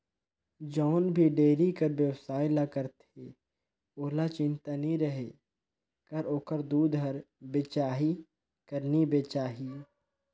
जउन भी डेयरी कर बेवसाय ल करथे ओहला चिंता नी रहें कर ओखर दूद हर बेचाही कर नी बेचाही